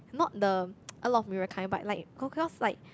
not the a lot of mirror kind but like holograph like